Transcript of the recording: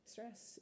Stress